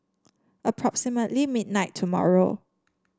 approximately midnight tomorrow